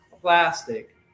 plastic